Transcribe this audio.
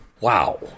Wow